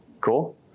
Cool